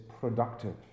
productive